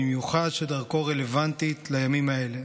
במיוחד שדרכו רלוונטית לימים האלה.